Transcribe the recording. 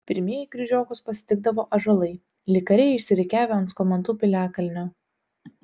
pirmieji kryžiokus pasitikdavo ąžuolai lyg kariai išsirikiavę ant skomantų piliakalnio